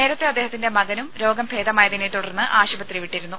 നേരത്തെ അദ്ദേഹത്തിന്റെ മകനും രോഗം ഭേദമായതിനെത്തുടർന്ന് ആശുപത്രി വിട്ടിരുന്നു